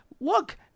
Look